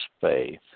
faith